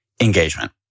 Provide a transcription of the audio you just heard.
engagement